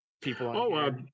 people